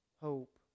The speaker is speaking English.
hope